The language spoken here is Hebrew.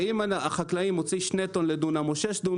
שאם החקלאי מוציא 2 טון לדונם או 6 טון